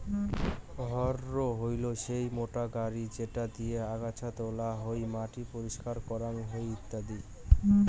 harrow হইলো সেই motor গাড়ি যেটা দিয়ে আগাছা তোলা হই, মাটি পরিষ্কার করাং হই ইত্যাদি